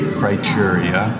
criteria